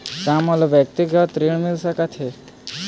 का मोला व्यक्तिगत ऋण मिल सकत हे?